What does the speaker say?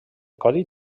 codi